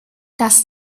das